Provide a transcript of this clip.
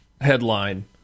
headline